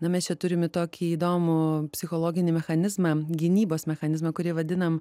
na mes čia turime tokį įdomų psichologinį mechanizmą gynybos mechanizmą kurį vadinam